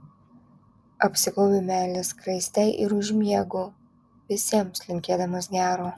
apsigaubiu meilės skraiste ir užmiegu visiems linkėdamas gero